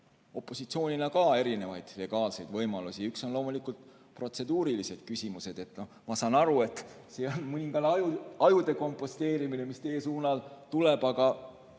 opositsioonina ka erinevaid legaalseid võimalusi. Üks on protseduurilised küsimused. Ma saan aru, et see on mõningane ajude komposteerimine, mis teie suunal tuleb, aga